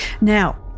Now